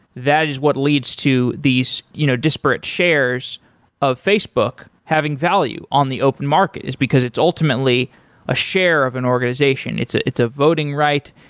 that is what leads to these you know disparate shares of facebook having value on the open market is because it's ultimately a share of an organization. it's ah it's a voting right.